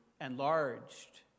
enlarged